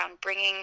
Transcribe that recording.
bringing